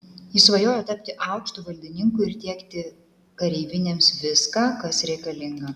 jis svajojo tapti aukštu valdininku ir tiekti kareivinėms viską kas reikalinga